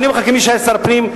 אני אומר לך כמי שהיה שר פנים,